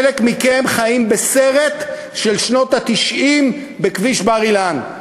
חלק מכם חיים בסרט של שנות ה-90 בכביש בר-אילן,